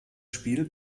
spiel